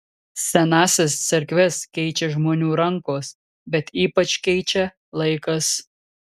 senąsias cerkves keičia žmonių rankos bet ypač keičia laikas